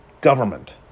government